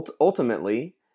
ultimately –